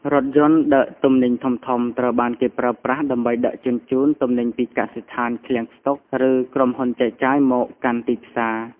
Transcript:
រថយន្តដឹកទំនិញធំៗត្រូវបានគេប្រើប្រាស់ដើម្បីដឹកជញ្ជូនទំនិញពីកសិដ្ឋាន ឃ្លាំងស្តុក ឬក្រុមហ៊ុនចែកចាយមកកាន់ទីផ្សារ។